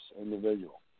individual